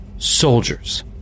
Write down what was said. soldiers